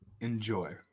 enjoy